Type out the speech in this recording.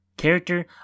character